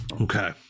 okay